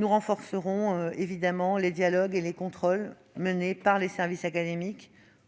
pourquoi nous renforcerons le dialogue et les contrôles menés par les services académiques